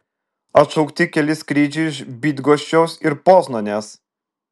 atšaukti keli skrydžiai iš bydgoščiaus ir poznanės